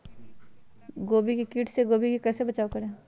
गोभी के किट से गोभी का कैसे बचाव करें?